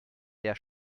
der